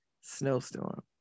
snowstorm